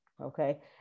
okay